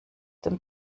dem